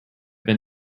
been